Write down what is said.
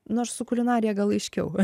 nors su kulinarija gal aiškiau